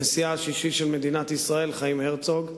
נשיאה השישי של מדינת ישראל, חיים הרצוג,